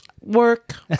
work